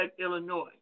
Illinois